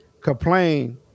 complain